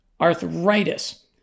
arthritis